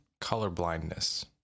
colorblindness